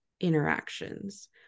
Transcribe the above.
interactions